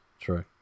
true